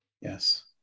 Yes